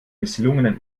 misslungenen